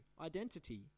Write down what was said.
identity